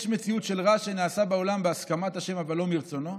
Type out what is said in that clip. יש מציאות של רע שנעשה בעולם בהסכמת ה' אבל לא מרצונו,